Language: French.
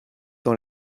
dans